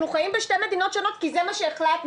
אנחנו חיים בשתי מדינות שונות כי זה מה שהחלטנו,